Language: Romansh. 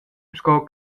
sco